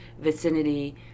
vicinity